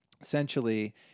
essentially –